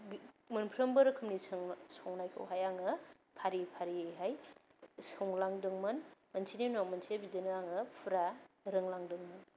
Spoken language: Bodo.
मोनफ्रोमबो रोखोमनि संनायखौहाय आङो फारि फारियैहाय संलांदोंमोन मोनसेनि उनाव मोनसे बिदिनो आङो फुरा रोंलांदोंमोन